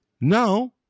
Now